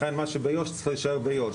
לכן מה שביו"ש צריך להישאר ביו"ש.